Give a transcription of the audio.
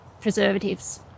preservatives